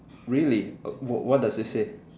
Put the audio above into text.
really what what does it say